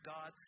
God